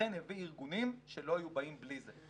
אכן הביא ארגונים שלא היו באים בלי זה.